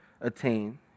attain